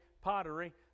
pottery